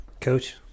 Coach